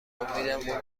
امیدم